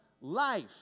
life